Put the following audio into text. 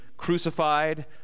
crucified